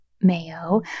Mayo